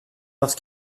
parce